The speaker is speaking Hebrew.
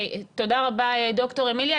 תודה רבה, ד"ר אמיליה.